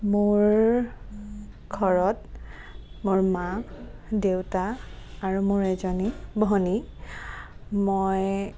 মোৰ ঘৰত মোৰ মা দেউতা আৰু মোৰ এজনী ভনী মই